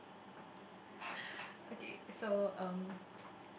okay so um